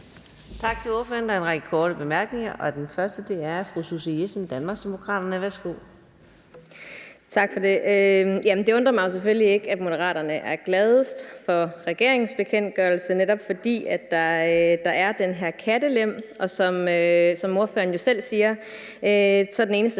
Tak til ordføreren. Der er en række korte bemærkninger, og den første er fra fru Susie Jessen, Danmarksdemokraterne. Værsgo. Kl. 14:43 Susie Jessen (DD): Tak for det. Det undrer mig selvfølgelig ikke, at Moderaterne er gladest for regeringens bekendtgørelse, netop fordi der er den her kattelem. Som ordføreren jo selv siger, er den eneste